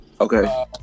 Okay